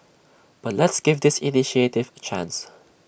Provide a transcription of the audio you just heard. but let's give this initiative chance